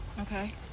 okay